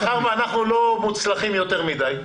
מאחר שאנחנו לא מוצלחים יותר מדי.